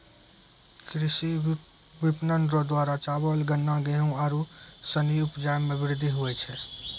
कृषि विपणन रो द्वारा चावल, गन्ना, गेहू आरू सनी उपजा मे वृद्धि हुवै छै